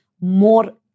more